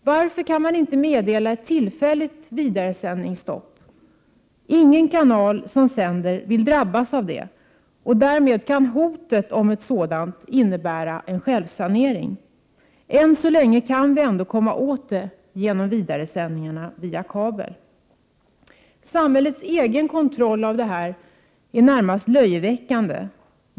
Varför kan man inte meddela ett tillfälligt vidaresändningsstopp? Ingen kanal som sänder vill drabbas av det, och därmed kan hotet om ett sådant stopp innebära en självsanering. Än så länge kan vi ändå komma åt det här, då vidaresändningarna går via kabel. Samhällets egen kontroll på detta område är närmast löjeväckande.